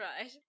Right